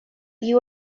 you